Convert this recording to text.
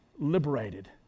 Liberated